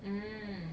mm